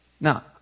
Now